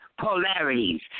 polarities